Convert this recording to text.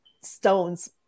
stones